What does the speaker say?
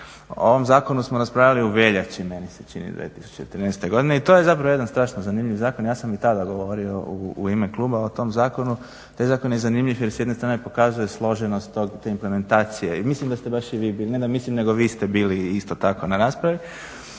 O ovom zakonu smo raspravljali u veljači, meni se čini, 2013. godine i to je zapravo jedan strašno zanimljiv zakon, ja sam i tada govorio u ime kluba o tom zakonu. Taj zakon je zanimljiv jer s jedne strane pokazuje složenost te implementacije i mislim da ste baš i vi bili, ne da mislim nego vi ste bili isto tako na raspravi.